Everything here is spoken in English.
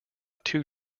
two